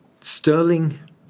Sterling